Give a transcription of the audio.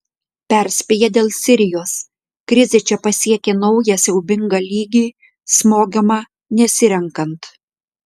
perspėja dėl sirijos krizė čia pasiekė naują siaubingą lygį smogiama nesirenkant